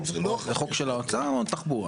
האוצר או התחבורה?